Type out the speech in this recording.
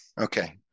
Okay